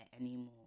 anymore